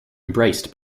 embraced